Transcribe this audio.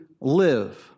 live